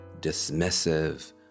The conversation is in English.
dismissive